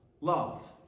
love